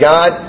God